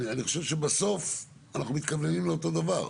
אני חושב שבסוף אנחנו מתכוונים לאותו דבר.